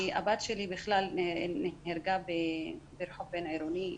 כי הבת שלי נהרגה ברחוב בין-עירוני,